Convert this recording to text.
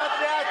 לאט-לאט,